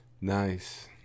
Nice